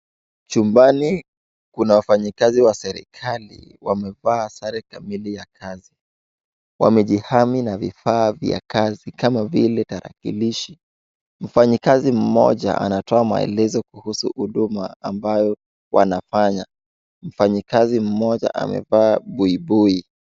Chumbani kuna wafanyikazi wa serikali, wamevaa sare kamili ya kazi. Wamejihami na vifaa vya kazi kama vile tarakilishi. Mfanyikazi mmoja anatoa maelezo kuhusu huduma ambayo wanafanya. Mfanyikazi mmoja amevaa buibui.